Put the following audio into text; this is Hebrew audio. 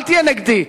אל תהיה נגדי.